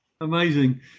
Amazing